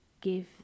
give